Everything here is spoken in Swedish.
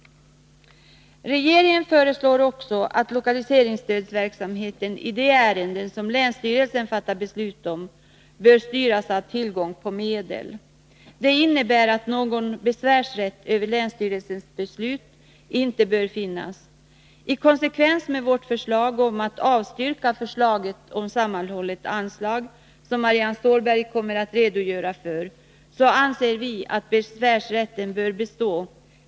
Regeringen föreslår också att lokaliseringsstödsverksamheten, vad avser de ärenden som länsstyrelsen fattar beslut om, bör styras av tillgång på medel. Det innebär att någon besvärsrätt över länsstyrelsens beslut inte bör finnas. I konsekvens med vårt förslag om att riksdagen skall avslå förslaget om sammanhållet anslag, som Marianne Stålberg kommer att redogöra för, anser vi att besvärsrätten bör bestå.